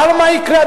אבל מה יקרה,